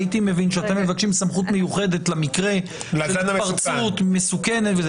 הייתי מבין שאתם מבקשים סמכות מיוחדת למקרה התפרצות מסוכנת.